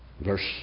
verse